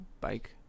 bike